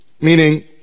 meaning